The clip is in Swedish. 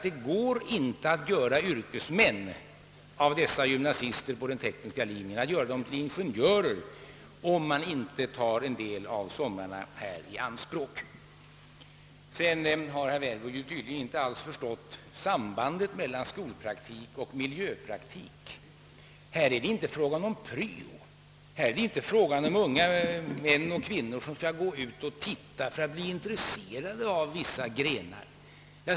Det går inte att göra yrkesmän av gymnasisterna på den tekniska linjen, att göra dem till ingenjörer, om man inte tar en del av somrarna i anspråk. Sedan har herr Werbro inte alls förstått sambandet mellan skolpraktik och miljöpraktik. Här är det inte fråga om någon pryo. Det är inte fråga om unga män och kvinnor som skall gå ut på arbetsplatserna och se sig omkring för att bli intresserade av vissa grenar.